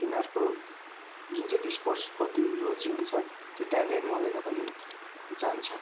तिनीहरूको जुन त्यो स्पोर्ट्सप्रति रुचि हुन्छ त्यो त्यहाँ नै मरेर पनि जान्छ